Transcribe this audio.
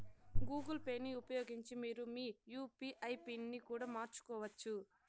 Google పేని ఉపయోగించి మీరు మీ యూ.పీ.ఐ పిన్ ని కూడా మార్చుకోవచ్చు